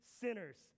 sinners